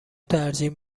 ترجیح